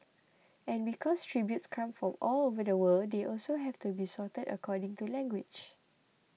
and because tributes come from all over the world they also have to be sorted according to language